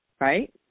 right